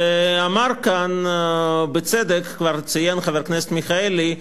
ואמר כאן בצדק, כבר ציין חבר הכנסת מיכאלי,